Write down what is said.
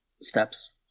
steps